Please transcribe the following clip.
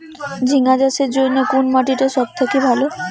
ঝিঙ্গা চাষের জইন্যে কুন মাটি টা সব থাকি ভালো?